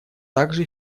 также